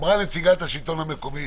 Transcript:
אמרה נציגת השלטון המקומי,